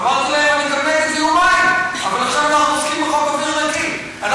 אמרתי להם: אני גם נגד זיהום מים, אבל